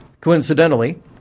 Coincidentally